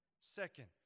Second